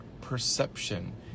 perception